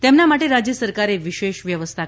તેમના માટે રાજ્ય સરકારે વિશેષ વ્યવસ્થા કરી છે